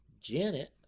Janet